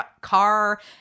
car